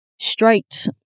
straight